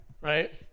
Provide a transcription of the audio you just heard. Right